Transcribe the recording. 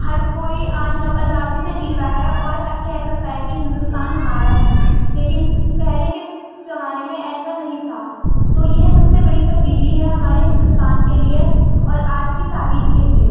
ہر کوئی آج آزادی سے جیتا ہے اور کہہ سکتا ہے کہ ہندوستان ہمارا ہے لیکن پہلے کے زمانے میں ایسا نہیں تھا تو یہ سب سے بڑی تبدیلی ہے ہمارے ہندوستان کے لیے اور آج کی تاریخ کے لیے